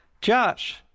Josh